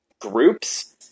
groups